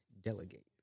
delegate